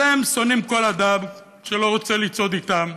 אז הם שונאים כל אדם שלא רוצה לצעוד אתם.